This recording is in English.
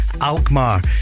Alkmaar